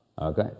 Okay